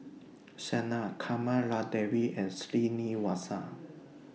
Sanal Kamaladevi and Srinivasa